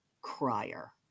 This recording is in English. crier